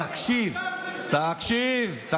תזיז אותה, תקשיב.